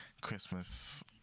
Christmas